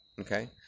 Okay